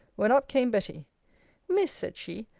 when up came betty miss, said she,